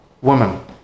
woman